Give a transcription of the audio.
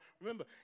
Remember